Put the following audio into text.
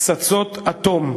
פצצות אטום.